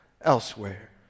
elsewhere